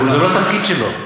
זה לא התפקיד שלו.